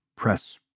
Press